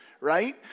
right